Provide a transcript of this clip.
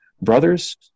Brothers